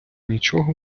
нічого